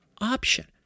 option